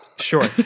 sure